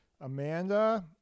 Amanda